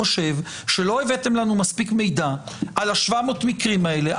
חושב שלא הבאתם לנו מספיק מידע על 700 מקרים האלה.